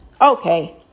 Okay